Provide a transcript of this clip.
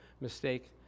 mistake